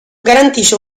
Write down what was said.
garantisce